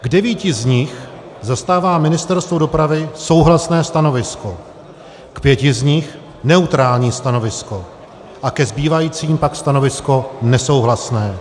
K devíti z nich zastává Ministerstvo dopravy souhlasné stanovisko, k pěti z nich neutrální stanovisko a ke zbývajícím pak stanovisko nesouhlasné.